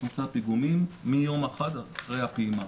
נושא הפיגומים מיום אחד אחרי הפעימה.